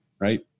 right